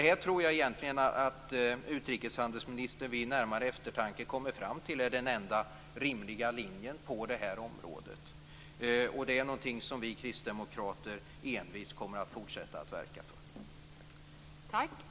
Jag tror att utrikeshandelsministern vid en närmare eftertanke kommer fram till att det här är den enda rimliga linjen på det här området. Och det är någonting som vi kristdemokrater envist kommer att fortsätta att verka för. Tack!